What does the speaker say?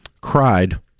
cried